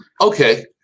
okay